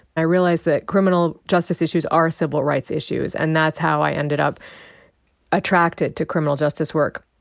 i realized that criminal justice issues are civil rights issues. and that's how i ended up attracted to criminal justice work.